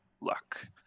luck